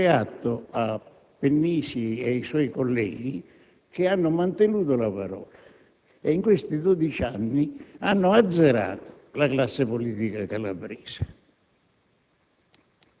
Devo dare atto a Pennisi e ai suoi colleghi che hanno mantenuto la parola e che in questi dodici anni hanno azzerato la classe politica calabrese.